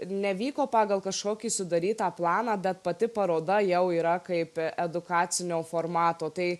nevyko pagal kažkokį sudarytą planą bet pati paroda jau yra kaip edukacinio formato tai